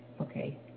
Okay